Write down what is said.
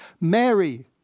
Mary